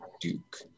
Duke